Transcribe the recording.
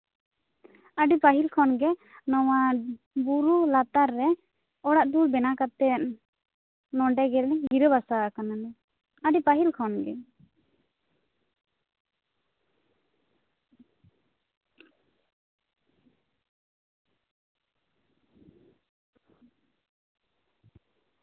ᱟᱹᱰᱤ ᱯᱟᱦᱤᱞ ᱠᱷᱚᱱ ᱜᱮ ᱱᱚᱶᱟ ᱵᱩᱨᱩ ᱞᱟᱛᱟᱨ ᱨᱮ ᱚᱲᱟᱜ ᱫᱩᱣᱟᱹᱨ ᱵᱮᱱᱟᱣ ᱠᱟᱛᱮᱫ ᱱᱚᱸᱰᱮ ᱜᱤᱧ ᱜᱤᱨᱟᱹ ᱵᱟᱥᱟ ᱟᱠᱟᱱᱟ ᱟᱹᱰᱤ ᱯᱟᱦᱤᱞ ᱠᱷᱚᱱ ᱜᱮ